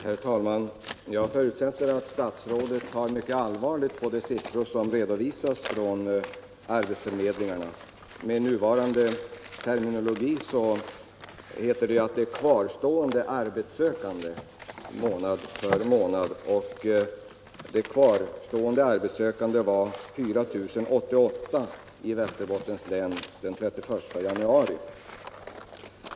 Herr talman! Jag förutsätter att statsrådet tar mycket allvarligt på de siffror som redovisas av arbetsförmedlingarna. Med nuvarande terminologi heter det ju ”kvarstående arbetssökande” om dem som söker arbete månad för månad. Antalet kvarstående arbetssökande var 4 088 i Västerbottens län den 31 januari.